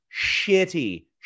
Shitty